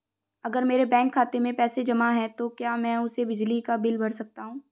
अगर मेरे बैंक खाते में पैसे जमा है तो क्या मैं उसे बिजली का बिल भर सकता हूं?